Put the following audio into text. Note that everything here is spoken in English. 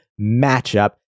matchup